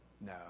No